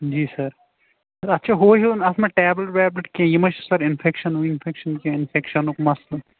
جی sir sir اَتھ چھا ہُوے ہیٛوَن اَتھ ما ٹیٚبلِٹ ویٚبلِٹ کیٚنٛہہ یہِ ما چھُ سَر اِنفیٚکشَن وِنفیٚکشَن کیٚنٛہہ اِنفیٚکشَنُک مَسلہٕ